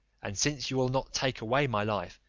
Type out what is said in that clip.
and since you will not take away my life,